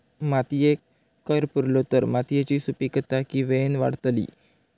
मातयेत कैर पुरलो तर मातयेची सुपीकता की वेळेन वाडतली?